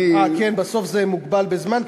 אני, כן, בסוף זה מוגבל בזמן?